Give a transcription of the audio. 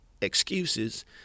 Excuses